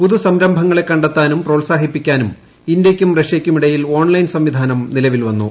പുതുസംരംഭങ്ങളെ കണ്ടെത്താനും പ്രോത്സാഹിപ്പിക്കാനും ഇന്ത്യയ്ക്കും റഷ്യയ്ക്കും ഇടയിൽ ഓൺലൈൻ സംവിധാനം നിലവിൽവന്നു